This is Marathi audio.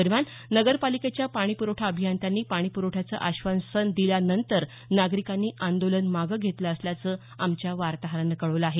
दरम्यान नगरपालिकेच्या पाणीप्रवठा अभियंत्यांनी पाणीप्रवठ्याचं आश्वासन दिल्यानंतर नागरिकांनी आंदोलन मागं घेतलं असल्याचं आमच्या वार्ताहरानं कळवलं आहे